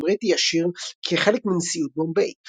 שלטון בריטי ישיר כחלק מנשיאות בומביי.